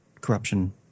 corruption